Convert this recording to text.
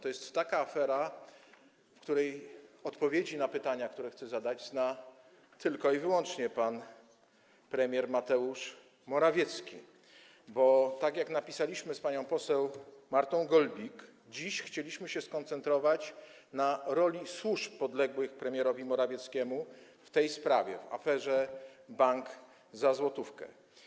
To jest taka afera, co do której odpowiedzi na pytania, które chcę zadać, zna tylko i wyłącznie pan premier Mateusz Morawiecki, bo, tak jak napisaliśmy z panią poseł Martą Golbik, dziś chcieliśmy się skoncentrować na roli służb podległych premierowi Morawieckiemu w tej sprawie - aferze „bank za złotówkę”